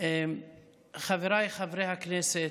חבריי חברי הכנסת,